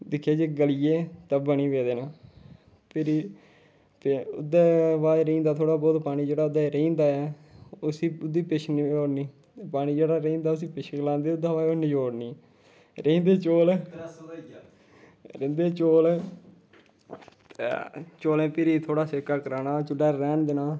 दिक्खेआ जे गली गे ते बनी बी गेदे न भिरी ते ओह्दे बाद रेही जंदा थोह्ड़ा बोह्त पानी जेह्ड़ा ओह्दे च रेही जंदा ऐ उस्सी ओह्दी पिश्श नचोड़नी ते पानी जेह्ड़ा रेही जंदा उस्सी पिश्श गलांदे ओह्दे सा बाद नचोड़नी रेही जंदे चौल रौंह्दे चौल चौलें गी भिरी थोह्ड़ा सेका करना चुल्है पर रौह्न देना